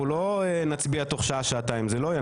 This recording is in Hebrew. אנחנו לא נצביע תוך שעה, שעתיים, זה לא יהיה.